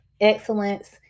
excellence